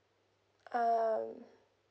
um